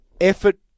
effort